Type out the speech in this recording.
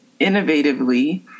innovatively